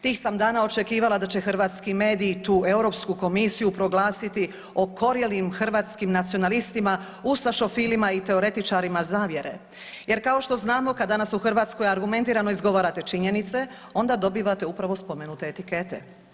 Tih sam dana očekivala da će hrvatski mediji tu Europsku komisiju proglasiti okorjelim hrvatskim nacionalistima, ustašofilima i teoretičarima zavjere jer kao što znamo, kad danas u Hrvatskoj argumentirano izgovarate činjenice, onda dobivate upravo spomenute etikete.